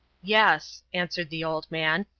yes, answered the old man,